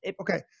Okay